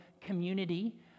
community